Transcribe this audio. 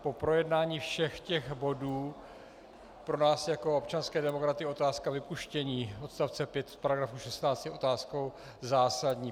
Po projednání všech těch bodů pro nás jako občanské demokraty otázka vypuštění odstavce 5 v § 16 je otázkou zásadní.